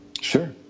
sure